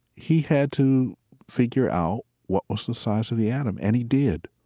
he had to figure out what was the size of the atom, and he did.